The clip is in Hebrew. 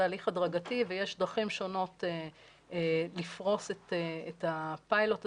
זה הליך הדרגתי ויש דרכים שונות לפרוס את הפיילוט הזה.